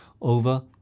over